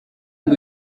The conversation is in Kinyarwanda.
ngo